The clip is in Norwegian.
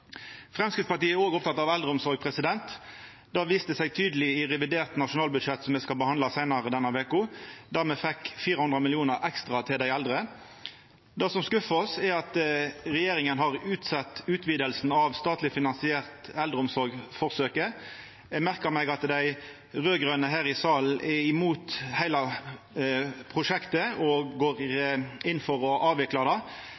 Framstegspartiet er òg oppteken av eldreomsorg. Det viste seg tydeleg i revidert nasjonalbudsjett, som me skal behandla seinare denne veka, der me fekk 400 mill. kr ekstra til dei eldre. Det som har skuffa oss, er at regjeringa har utsett utvidinga at statleg-finansiert-eldreomsorg-forsøket. Eg merkar meg at dei raud-grøne her i salen er imot heile prosjektet og går inn for å avvikla det,